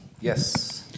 Yes